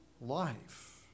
life